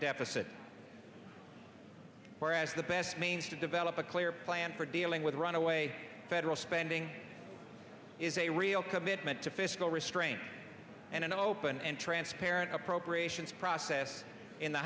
deficit whereas the best means to develop a clear plan for dealing with runaway federal spending is a real commitment to fiscal restraint and an open and transparent appropriations process in the